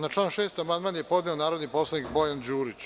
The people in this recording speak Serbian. Na član 6. amandman je podneo narodni poslanik Bojan Đurić.